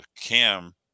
cam